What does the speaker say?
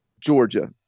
Georgia